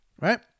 right